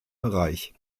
bereich